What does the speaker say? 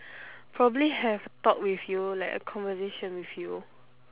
probably have a talk with you like a conversation with you